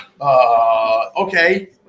Okay